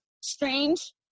strange